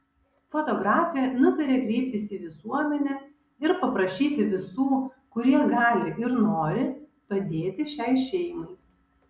fotografė nutarė kreiptis į visuomenę ir paprašyti visų kurie gali ir nori padėti šiai šeimai